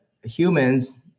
humans